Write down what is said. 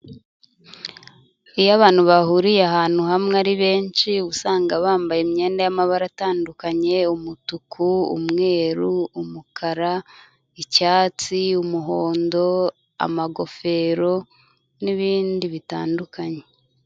Iyo abantu bahuriye ahantu hamwe ari benshi uba usanga bambaye imyenda y'amabara atandukanye umutuku, umweru, umukara, icyatsi, umuhondo, amagofero n'ibindi bitandukanye.